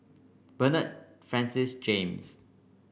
Bernard Francis James